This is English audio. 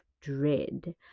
dread